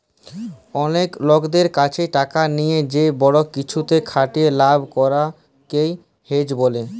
অলেক লকদের ক্যাছে টাকা লিয়ে যে বড় কিছুতে খাটিয়ে লাভ করাক কে হেজ ব্যলে